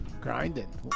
Grinding